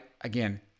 again